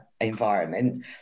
environment